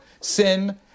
sin